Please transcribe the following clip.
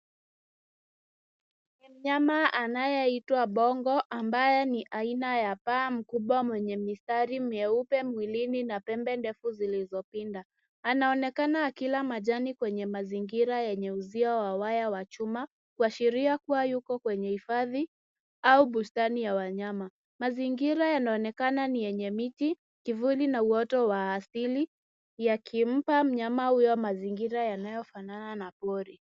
Ni mnyama anayeitwa bongo ambaye ni aina ya paa mkubwa mwenye mistari mieupe mwilini na pembe ndefu zilizopinda. Anaonekana akila majani kwenye mazingira yenye uzio wa waya wa chuma kuashiria kuwa yuko kwenye hifadhi au bustani ya wanyama. Mazingira yanaonekana ni yenye miti, kivuli na uoto wa asili yakimpa mnyama huyo mazingira yanayofanana na pori.